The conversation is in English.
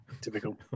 typical